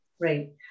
Right